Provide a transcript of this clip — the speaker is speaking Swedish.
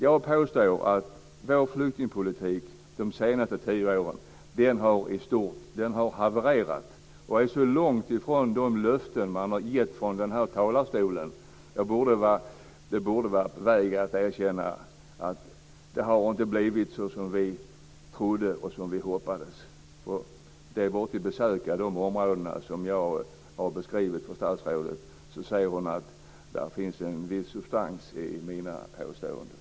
Jag påstår att vår flyktingpolitik de senaste tio åren har havererat och är så långt ifrån de löften som man har gett från den här talarstolen. Det borde vara läge att erkänna att det inte blivit så som vi trodde och som vi hoppades. Det är bara att besöka de områden som jag har beskrivit för statsrådet så ser hon att det finns en viss substans i mina påståenden.